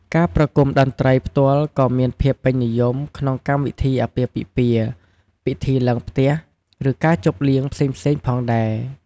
ការប្រគំតន្ត្រីផ្ទាល់ក៏មានភាពពេញនិយមក្នុងកម្មវិធីអាពាហ៍ពិពាហ៍ ពិធីឡើងផ្ទះ ឬការជប់លៀងផ្សេងៗផងដែរ។